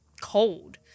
cold